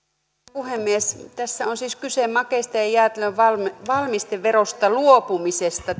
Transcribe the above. puhemies tässä hallituksen esityksessä on siis kyse makeisten ja ja jäätelön valmisteverosta luopumisesta